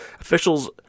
Officials